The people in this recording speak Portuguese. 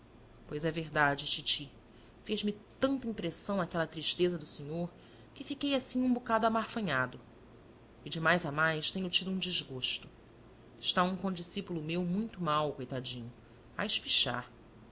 pois é verdade titi fez-me tanta impressão aquela tristeza do senhor que fiquei assim um bocado amarfanhado e de mais a mais tenho tido um desgosto está um condiscípulo meu muito mal coitadinho a espichar